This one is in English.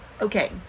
okay